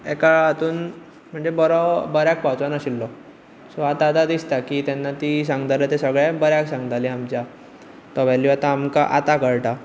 एका हातून म्हणजे बरो बऱ्याक पावचो नाशिल्लो सो आतां आतां दिसता तेन्ना ती सांगताली ते सगळे बऱ्याक सांगताली आमच्या तो वेल्यु आमकां आता कळटा